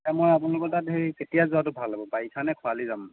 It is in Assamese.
মই আপোনোকৰ তাত হেৰি কেতিয়া যোৱাটো ভাল হ'ব বাৰিষানে খৰালি যাম